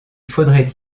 faudrait